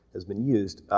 has been used.